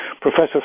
Professor